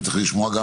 וצריך לשמוע גם